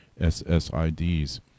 SSIDs